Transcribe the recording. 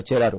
లో చేరారు